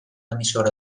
emissora